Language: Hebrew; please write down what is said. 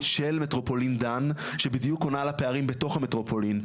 של מטרופולין דן שבדיוק עונה על הפערים בתוך המטרופולין,